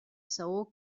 saó